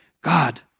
God